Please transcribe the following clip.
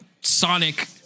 Sonic